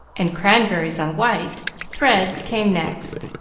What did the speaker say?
and cranberries on white, threads, came next,